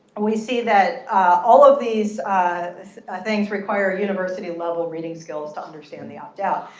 we see that all of these things require university level reading skills to understand the opt out.